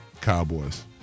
Cowboys